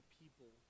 people